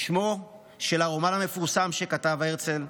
שמו של הרומן המפורסם שכתב הרצל,